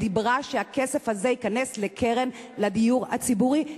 דיברה על כך שהכסף הזה ייכנס לקרן לדיור הציבורי,